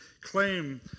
claim